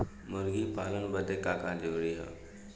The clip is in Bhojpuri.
मुर्गी पालन बदे का का जरूरी ह?